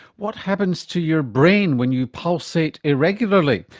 what happens to your brain when you pulsate irregularly,